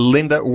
Linda